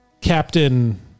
Captain